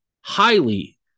highly